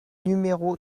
numéro